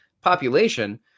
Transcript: population